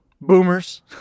boomers